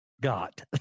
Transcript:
got